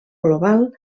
global